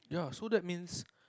ya so that means